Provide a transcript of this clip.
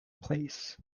place